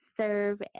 serve